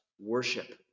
worship